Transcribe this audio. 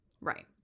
right